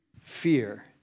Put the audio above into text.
fear